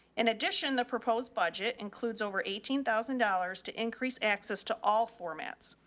in addition, the proposed budget includes over eighteen thousand dollars to increase access to all formats.